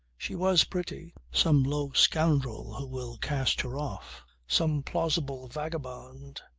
she was pretty. some low scoundrel who will cast her off. some plausible vagabond.